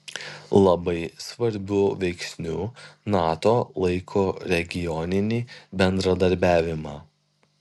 labai svarbiu veiksniu nato laiko regioninį bendradarbiavimą